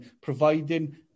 providing